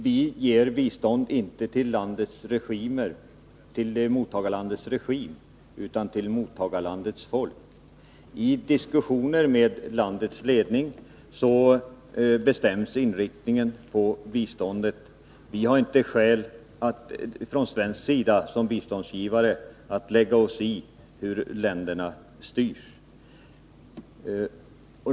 Vi ger bistånd inte till mottagarlandets regim utan till mottagarlandets folk. I diskussioner med landets ledning bestäms inriktningen på biståndet. Vi har inte skäl att från svensk sida som biståndsgivare lägga oss i hur länderna styrs.